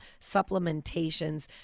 supplementations